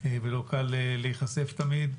ולא קל להיחשף תמיד.